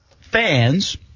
fans